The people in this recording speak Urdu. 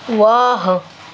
واہ